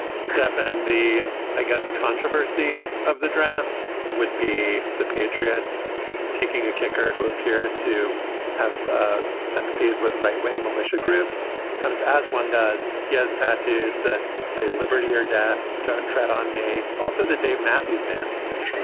stefan, the i guess controversy of the draft would be the patriots kicking a kicker who appears to have ah sympathies with right wing militia groups, kind of as one does he has tattoos that say liberty or death, don't tread on me. also the dave matthews band. and they